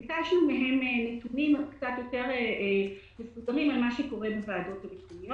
ביקשנו מהם נתונים על מה שקורה בוועדות המקומיות.